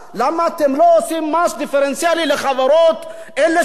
למה אתם לא עושים מס דיפרנציאלי לחברות שמרוויחות?